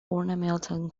ornamental